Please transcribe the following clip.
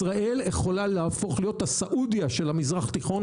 ישראל יכולה להפוך להיות הסעודיה של מזרח התיכון,